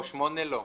לא, על 8 לא.